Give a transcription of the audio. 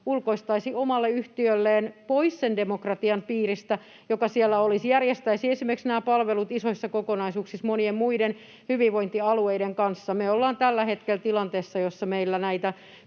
ulkoistaisi omalle yhtiölleen, pois sen demokratian piiristä, joka siellä olisi, järjestäisi esimerkiksi nämä palvelut isoissa kokonaisuuksissa monien muiden hyvinvointialueiden kanssa? Me olemme tällä hetkellä tilanteessa, jossa meillä näitä